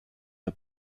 der